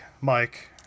Mike